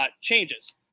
changes